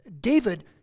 David